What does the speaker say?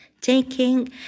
taking